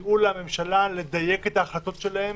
יסייע לממשלה לדייק את ההחלטות שלהם